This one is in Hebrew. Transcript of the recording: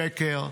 שקר.